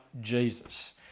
Jesus